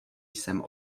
jsem